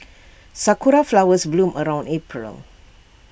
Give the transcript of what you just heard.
Sakura Flowers bloom around April